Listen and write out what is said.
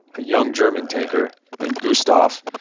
a young german tanker named gustav.